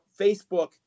Facebook